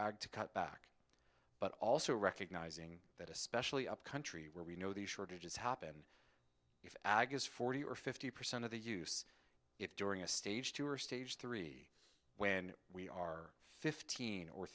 ag to cut back but also recognizing that especially up country where we know the shortages happen if agast forty or fifty percent of the use if during a stage two or stage three when we are fifteen or